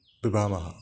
पिबामः